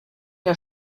der